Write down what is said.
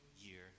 year